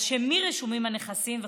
על שם מי רשומים הנכסים וכו',